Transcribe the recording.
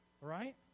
Right